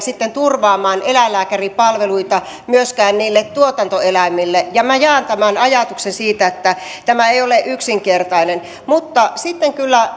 sitten turvaamaan eläinlääkäripalveluita myöskään niille tuotantoeläimille minä jaan tämän ajatuksen siitä että tämä ei ole yksinkertainen mutta sitten kyllä